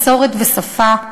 מסורת ושפה,